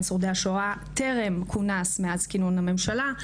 שורדי השואה טרם כונס אז כינון הממשלה.